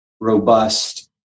robust